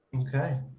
okay.